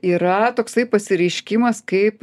yra toksai pasireiškimas kaip